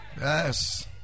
Yes